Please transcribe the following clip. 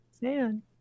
man